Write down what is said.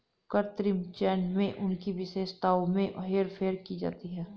कृत्रिम चयन में उनकी विशेषताओं में हेरफेर की जाती है